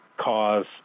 cause